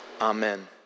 Amen